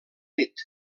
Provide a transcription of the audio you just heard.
nit